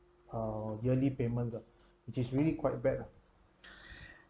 uh yearly payments ah which is really quite bad